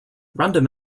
random